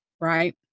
Right